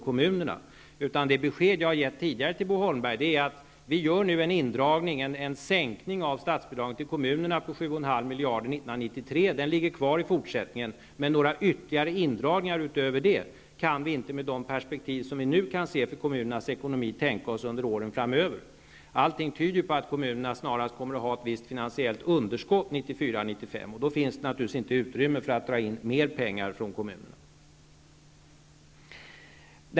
Det besked jag tidigare har gett till Bo Holmberg är att vi gör en indragning, en sänkning av statsbidraget till kommunerna på 7,5 miljarder 1993, men några ytterligare indragningar utöver det kan vi inte, med de perspektiv vi nu kan se på kommunernas ekonomi, tänka oss under åren framöver. Allting tyder ju på att kommunerna snarast kommer att ha ett visst finansiellt underskott 1994-1995, och då finns naturligtvis inte något utrymme för att dra in mer pengar från kommunerna.